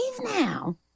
now